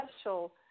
special